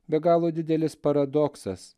be galo didelis paradoksas